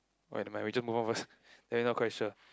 when my region both of us then I'm not quite sure